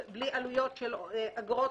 בלי עלויות של אגרות,